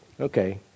Okay